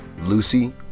lucy